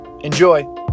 Enjoy